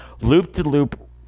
loop-to-loop